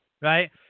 Right